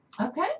Okay